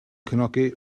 cefnogi